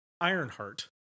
Ironheart